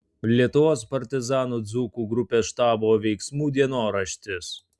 lietuvos partizanų dzūkų grupės štabo veiksmų dienoraštis